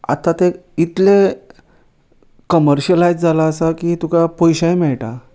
आतां ते इतले कमर्शियलायज जालां आसा की तुका पयशे मेळटा